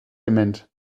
dement